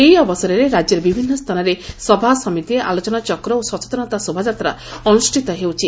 ଏହି ଅବସରରେ ରାଜ୍ୟର ବିଭିନ୍ନ ସ୍ରାନରେ ସଭା ସମିତି ଆଲୋଚନାଚକ୍ର ଓ ସଚେତନତା ଶୋଭାଯାତ୍ରା ଅନୁଷ୍ଠିତ ହେଉଛି